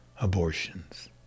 abortions